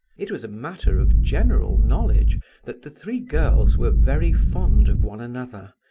it was a matter of general knowledge that the three girls were very fond of one another,